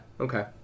Okay